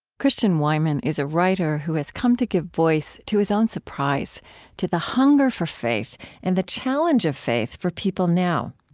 christian wiman is a writer who has come to give voice to his own surprise to the hunger for faith and the challenge of faith for people now.